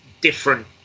different